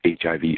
HIV